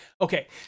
Okay